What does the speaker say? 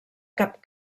cap